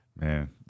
Man